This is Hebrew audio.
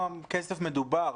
כסף מדובר?